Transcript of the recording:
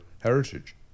heritage